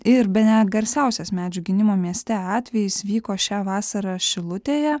ir bene garsiausias medžių gynimo mieste atvejis vyko šią vasarą šilutėje